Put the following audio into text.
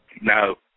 No